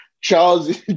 Charles